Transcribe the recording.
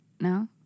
no